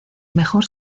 mejor